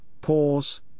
pause